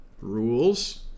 rules